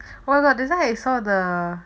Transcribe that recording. oh love I saw the